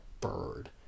bird